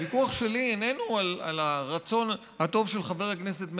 הוויכוח שלי איננו על הרצון הטוב של חבר הכנסת מרגי.